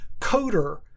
coder